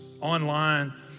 online